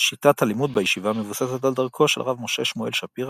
שיטת הלימוד בישיבה מבוססת על דרכו של הרב משה שמואל שפירא,